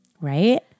Right